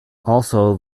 also